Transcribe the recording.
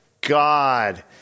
God